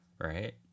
Right